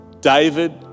David